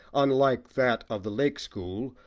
unlike that of the lake school,